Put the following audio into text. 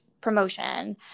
promotion